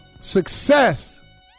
Success